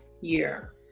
year